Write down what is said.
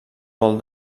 bol